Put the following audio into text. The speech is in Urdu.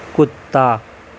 کتا